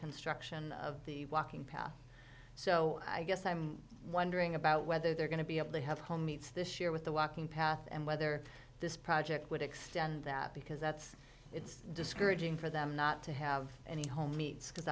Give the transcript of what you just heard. construction of the walking path so i guess i'm wondering about whether they're going to be able to have home meets this year with the walking path and whether this project would extend that because that's it's discouraging for them not to have any home needs because